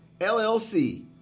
LLC